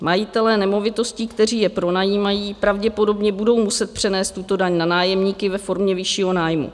Majitelé nemovitostí, kteří je pronajímají, pravděpodobně budou muset přenést tuto daň na nájemníky ve formě vyššího nájmu.